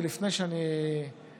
ולפני שאני אחליט,